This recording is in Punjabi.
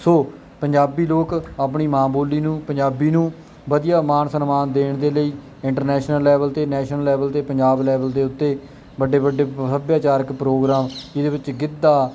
ਸੋ ਪੰਜਾਬੀ ਲੋਕ ਆਪਣੀ ਮਾਂ ਬੋਲੀ ਨੂੰ ਪੰਜਾਬੀ ਨੂੰ ਵਧੀਆ ਮਾਣ ਸਨਮਾਨ ਦੇਣ ਦੇ ਲਈ ਇੰਟਰਨੈਸ਼ਨਲ ਲੈਵਲ 'ਤੇ ਨੈਸ਼ਨਲ ਲੈਵਲ 'ਤੇ ਪੰਜਾਬ ਲੈਵਲ ਦੇ ਉੱਤੇ ਵੱਡੇ ਵੱਡੇ ਸੱਭਿਆਚਾਰਕ ਪ੍ਰੋਗਰਾਮ ਜਿਹਦੇ ਵਿੱਚ ਗਿੱਧਾ